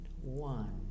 One